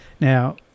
Now